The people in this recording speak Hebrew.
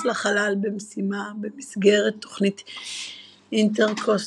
לחלל במשימה במסגרת תוכנית אינטרקוסמוס.